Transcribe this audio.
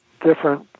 different